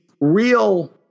real